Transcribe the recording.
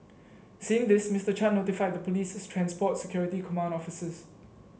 seeing this Mister Chan notified the police's transport security command officers